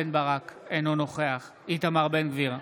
אינו נוכח איתמר בן גביר,